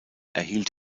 erhielt